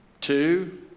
two